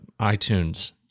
iTunes